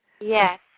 yes